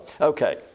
Okay